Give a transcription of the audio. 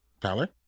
Tyler